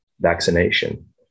vaccination